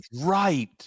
Right